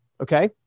Okay